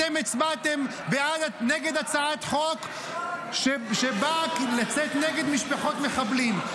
אתם הצבעתם נגד הצעת החוק שבאה לצאת נגד משפחות מחבלים.